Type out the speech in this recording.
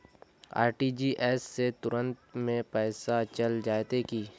RTGS से तुरंत में पैसा चल जयते की?